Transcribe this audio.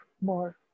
more